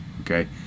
okay